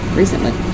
recently